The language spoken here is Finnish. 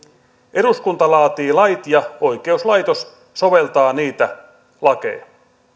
eduskunta laatii lait ja oikeuslaitos soveltaa niitä lakeja